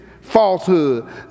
Falsehood